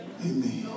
Amen